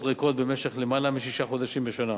ריקות במשך למעלה משישה חודשים בשנה.